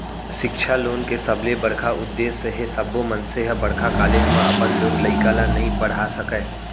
सिक्छा लोन के सबले बड़का उद्देस हे सब्बो मनसे ह बड़का कॉलेज म अपन लोग लइका ल नइ पड़हा सकय